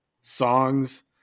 songs